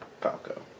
Falco